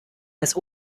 des